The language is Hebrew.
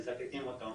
מזקקים אותו,